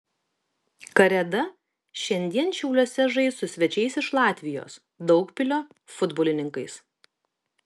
kareda šiandien šiauliuose žais su svečiais iš latvijos daugpilio futbolininkais